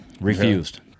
Refused